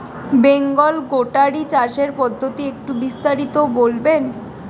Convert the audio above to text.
Bengal goatery চাষের পদ্ধতি একটু বিস্তারিত বলবেন?